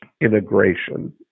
integration